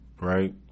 right